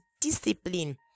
discipline